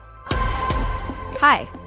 Hi